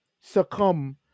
succumb